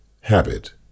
habit